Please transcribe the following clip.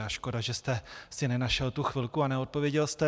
A škoda, že jste si nenašel tu chvilku a neodpověděl jste.